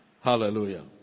Hallelujah